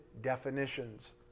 definitions